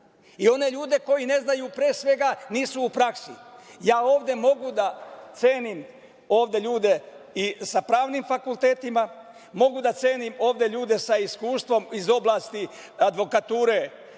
i one ljude koji ne znaju pre svega, nisu u praksi. Ja ovde mogu da cenim ovde ljude za pravnim fakultetima, mogu da cenim ovde ljude sa iskustvom iz oblasti advokature,